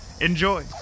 Enjoy